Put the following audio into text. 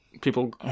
people